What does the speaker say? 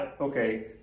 okay